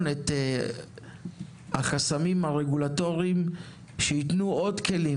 את החסמים הרגולטורים שייתנו עוד כלים,